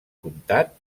comtat